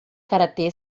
karatê